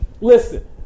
listen